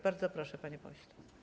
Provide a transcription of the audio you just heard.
Bardzo proszę, panie pośle.